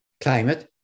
climate